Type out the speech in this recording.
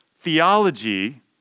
theology